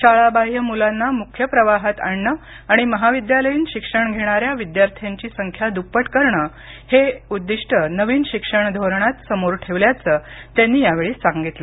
शाळाबाह्य मुलांना मुख्य प्रवाहात आणणे आणि महाविद्यालयीन शिक्षण घेणाऱ्या विद्यार्थ्यांची संख्या दुप्पट करणे हे उद्दिष्ट नवीन शिक्षण धोरणात समोर ठेवण्यात आल्याचं त्यांनी यावेळी सांगितलं